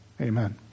Amen